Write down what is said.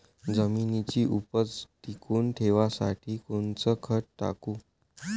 जमिनीची उपज टिकून ठेवासाठी कोनचं खत टाकू?